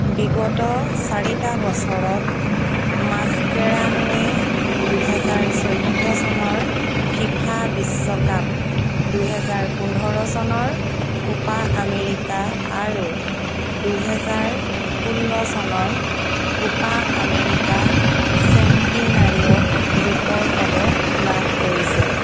বিগত চাৰিটা বছৰত মাস্কেৰানোৱে দুহেজাৰ চৈধ্য চনৰ ফিফা বিশ্বকাপ দুহেজাৰ পোন্ধৰ চনৰ কোপা আমেৰিকা আৰু দুহেজাৰ ষোল্ল চনৰ কোপা আমেৰিকা চেণ্টিনাৰিঅ'ত ৰূপৰ পদক লাভ কৰিছে